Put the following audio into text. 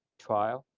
trial.